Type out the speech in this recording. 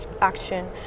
action